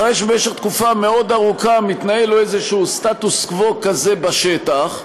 אחרי שבמשך תקופה מאוד ארוכה מתנהל לו איזה סטטוס-קוו כזה בשטח,